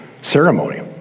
ceremony